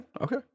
okay